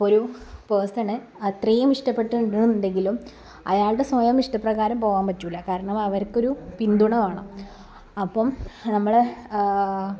ഇപ്പൊരു പേഴ്സണ് അത്രയും ഇഷ്ടപ്പെട്ടുണ്ടൂണ്ടുണ്ടെങ്കിലും അയാളുടെ സ്വയം ഇഷ്ട പ്രകാരം പോകാൻ പറ്റില്ല കാരണം അവർക്കൊരു പിന്തുണ വേണം അപ്പം നമ്മളെ